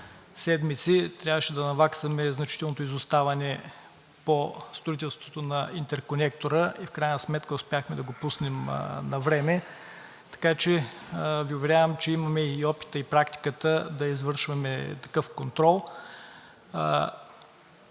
трябваше да наваксаме значителното изоставане по строителството на интерконектора, но в крайна сметка успяхме да го пуснем навреме. Така че Ви уверявам, че имаме и опита, и практиката да извършваме такъв контрол.